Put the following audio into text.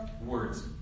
Words